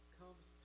comes